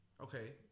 okay